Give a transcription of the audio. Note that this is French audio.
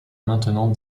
maintenant